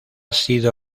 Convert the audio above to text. sido